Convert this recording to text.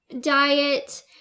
diet